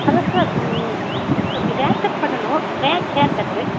hello sir கொஞ்சம் hair cut பண்ணணும் hair hair கட்டு